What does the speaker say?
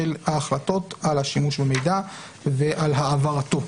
ההחלטות על השימוש במידע ועל העברתו.